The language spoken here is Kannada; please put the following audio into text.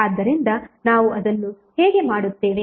ಆದ್ದರಿಂದ ನಾವು ಅದನ್ನು ಹೇಗೆ ಮಾಡುತ್ತೇವೆ